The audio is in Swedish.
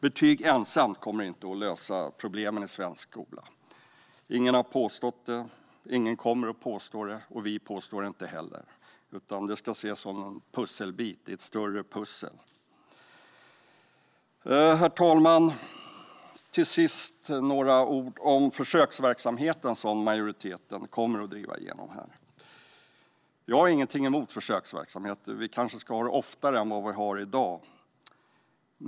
Betyg kommer inte på egen hand att lösa problemen i svensk skola. Ingen har påstått det, ingen kommer att påstå det och vi påstår det inte heller, utan betyg ska ses som en bit i ett större pussel. Herr talman! Till sist vill jag säga några ord om försöksverksamheten som majoriteten kommer att driva igenom. Jag har ingenting emot försöksverksamhet, och vi kanske ska ha det oftare än vad vi har i dag.